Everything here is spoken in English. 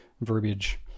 verbiage